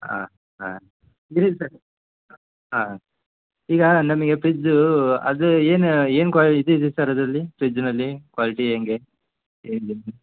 ಹಾಂ ಹಾಂ ಇದು ಸರ್ ಹಾಂ ಹಾಂ ಈಗ ನಮಗೆ ಫ್ರಿಜ್ಜೂ ಅದು ಏನು ಏನು ಕ್ವಾ ಇದು ಇದೆ ಸರ್ ಅದರಲ್ಲಿ ಫ್ರಿಜ್ನಲ್ಲಿ ಕ್ವಾಲಿಟಿ ಹೆಂಗೆ ಹೇಗೆ